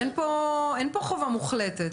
אין פה חובה מוחלטת,